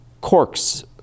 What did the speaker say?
corks